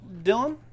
dylan